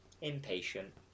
impatient